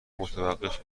متوقف